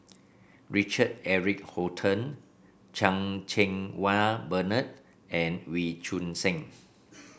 Richard Eric Holttum Chan Cheng Wah Bernard and Wee Choon Seng